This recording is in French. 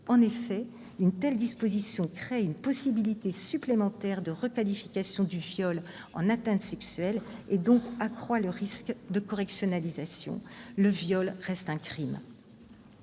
En effet, une telle disposition crée une possibilité supplémentaire de requalification du viol en atteinte sexuelle et accroît donc le risque de correctionnalisation. Le viol reste un crime.